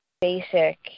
basic